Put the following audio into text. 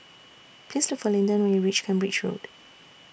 Please Look For Linden when YOU REACH Cambridge Road